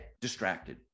distracted